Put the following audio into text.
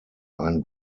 ein